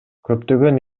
көптөгөн